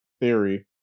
theory